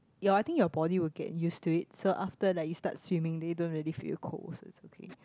your I think your body will get used to it so after like you start swimming then you don't really feel cold so it's okay